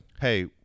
Hey